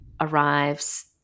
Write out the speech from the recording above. arrives